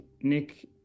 Nick